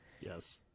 Yes